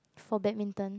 for badminton